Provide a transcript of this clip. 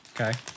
Okay